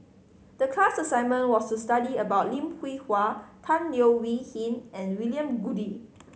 the class assignment was to study about Lim Hwee Hua Tan Leo Wee Hin and William Goode